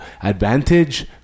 advantage